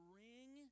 ring